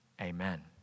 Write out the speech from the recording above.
Amen